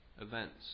events